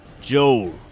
Joel